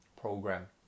program